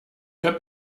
für